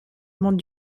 monde